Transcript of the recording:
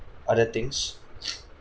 other things